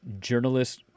journalist